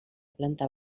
planta